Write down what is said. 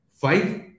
five